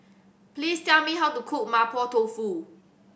please tell me how to cook Mapo Tofu